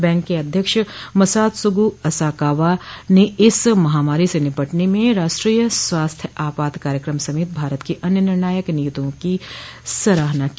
bank के अध्यक्ष Masatsugu Asakawa ने इस महामारी से निपटने में राष्ट्रीय स्वास्थ्य आपात कार्यक्रम समेत भारत की अन्य निर्णायक नीतियों की सराहना को